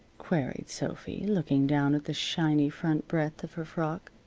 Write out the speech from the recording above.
queried sophy, looking down at the shiny front breadth of her frock.